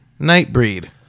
Nightbreed